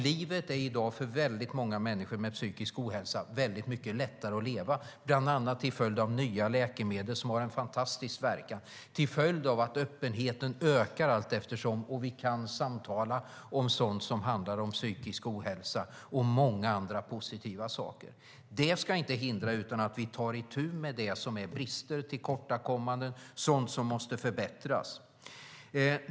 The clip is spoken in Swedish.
Livet är i dag för väldigt många människor med psykisk ohälsa lättare att leva, bland annat till följd av nya läkemedel som har en fantastisk verkan och till följd av att öppenheten ökar allteftersom. Vi kan nu samtala om sådant som handlar om psykisk ohälsa. Det har också skett många andra positiva saker. Det ska inte hindra att vi tar itu med det som är brister, tillkortakommanden och sådant som måste förbättras.